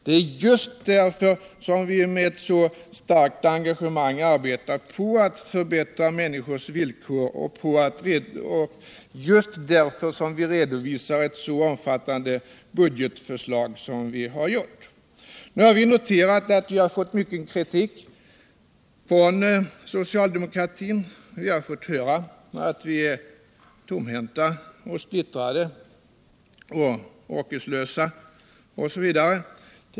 Det är just därför som vi med så starkt engagemang arbetar på att förbättra människors villkor, och det är just därför som vi redovisar ett så omfattande budgetförslag som vi har gjort. Nu har vi noterat mycken kritik från socialdemokratin. Vi har fått höra att vi är lomhänta, splittrade, orkeslösa osv.